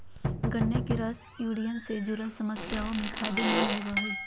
गन्ने के रस यूरिन से जूरल समस्याओं में फायदे मंद होवो हइ